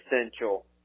essential